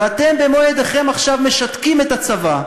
ואתם במו ידיכם עכשיו משתקים את הצבא,